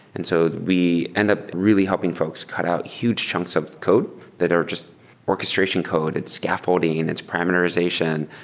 and so we end up really helping folks cut out huge chunks of code that are just orchestration code, it's scaffolding, it's parameterization,